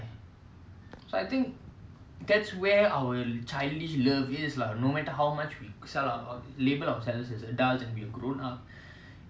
அதசொன்னாநம்ம:adha sonna namma so that's why we need to come back to the spirituality so that we will stop needing each other and we will start sharing with each other and all these nonsensical